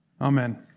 Amen